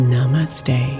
Namaste